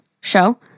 show